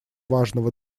важного